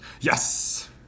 Yes